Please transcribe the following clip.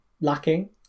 lacking